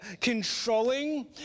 controlling